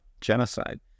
genocide